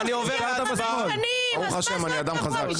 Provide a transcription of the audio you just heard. ברוך השם, אני אדם חזק.